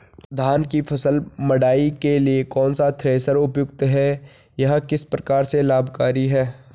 धान की फसल मड़ाई के लिए कौन सा थ्रेशर उपयुक्त है यह किस प्रकार से लाभकारी है?